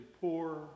poor